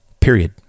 period